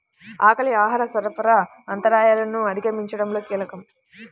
ఆకలి ఆహార సరఫరా అంతరాయాలను అధిగమించడంలో కీలకం